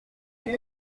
tout